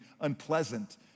unpleasant